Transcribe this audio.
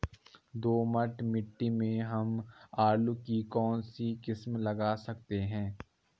दोमट मिट्टी में हम आलू की कौन सी किस्म लगा सकते हैं?